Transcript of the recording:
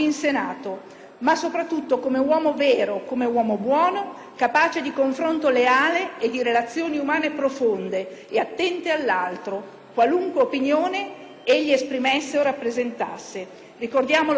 ma soprattutto come uomo vero, come uomo buono, capace di un confronto leale e di relazioni umane profonde e attente all'altro, qualunque opinione esprimesse o rappresentasse. Ricordiamolo dunque così: